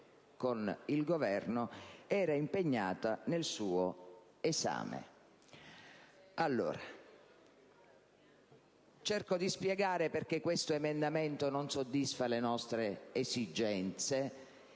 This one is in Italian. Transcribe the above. con il Governo ero impegnata nel suo esame. Cerco di spiegare perché questo emendamento non soddisfa le nostre esigenze